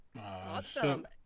Awesome